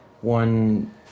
One